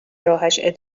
راهش